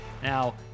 Now